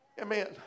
amen